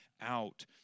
out